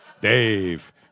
Dave